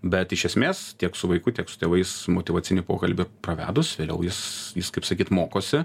bet iš esmės tiek su vaiku tiek su tėvais motyvacinį pokalbį pravedus vėliau jis jis kaip sakyt mokosi